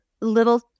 little